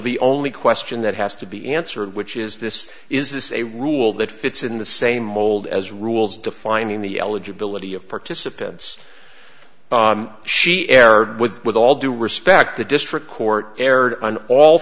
the only question that has to be answered which is this is this is a rule that fits in the same mold as rules defining the eligibility of participants she aired with all due respect the district court erred on all